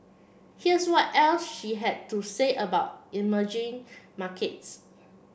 here's what else she had to say about emerging markets